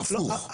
הפוך.